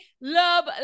love